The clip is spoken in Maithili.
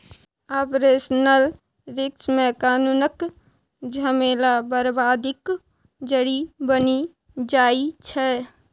आपरेशनल रिस्क मे कानुनक झमेला बरबादीक जरि बनि जाइ छै